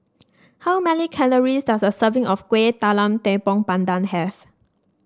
how many calories does a serving of Kuih Talam Tepong Pandan have